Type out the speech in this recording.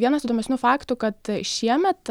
vienas įdomesnių faktų kad šiemet